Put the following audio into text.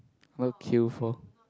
what queue for